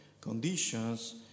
conditions